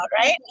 right